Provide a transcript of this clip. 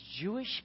Jewish